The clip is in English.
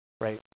right